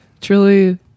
truly